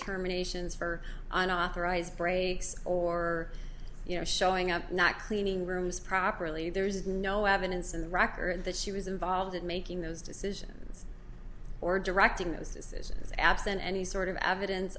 terminations for an authorized breaks or you know showing up not cleaning rooms properly there's no evidence in the rocker that she was involved in making those decisions or directing those decisions absent any sort of evidence